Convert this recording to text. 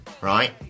right